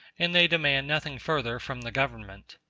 and they demand nothing further from the government.